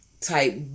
type